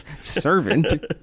servant